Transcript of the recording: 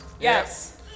Yes